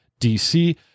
dc